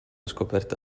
scoperta